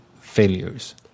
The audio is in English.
failures